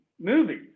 movies